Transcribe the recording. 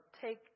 take